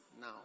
now